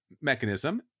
Mechanism